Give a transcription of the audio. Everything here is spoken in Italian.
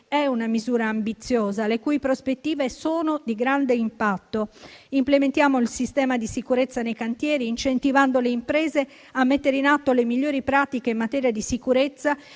una misura ambiziosa, le cui prospettive sono di grande impatto. Implementiamo il sistema di sicurezza nei cantieri, incentivando le imprese a mettere in atto le migliori pratiche in materia di sicurezza